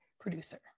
producer